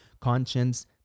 conscience